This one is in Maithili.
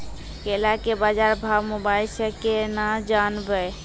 केला के बाजार भाव मोबाइल से के ना जान ब?